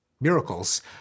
miracles